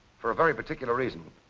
for a very particular reason.